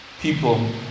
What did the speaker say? people